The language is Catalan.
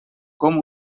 com